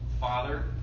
Father